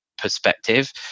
perspective